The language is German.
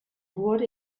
wurde